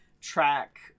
track